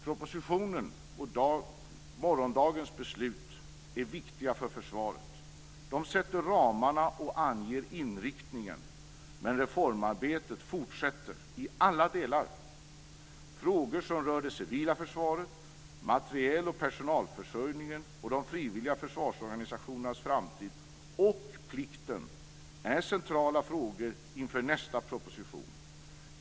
Propositionen och morgondagens beslut är viktiga för försvaret. De sätter ramarna och anger inriktningen, men reformarbetet fortsätter i alla delar. Frågor som rör det civila försvaret, materieloch personalförsörjningen samt de frivilliga försvarsorganisationernas framtid och plikten är centrala frågor inför nästa proposition.